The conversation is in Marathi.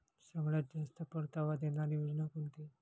सगळ्यात जास्त परतावा देणारी योजना कोणती?